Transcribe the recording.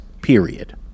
Period